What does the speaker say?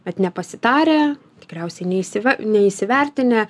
bet nepasitarę tikriausiai neįsi neįsivertinę